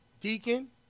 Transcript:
Deacon